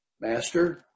Master